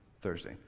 Thursday